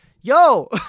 Yo